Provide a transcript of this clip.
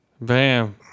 bam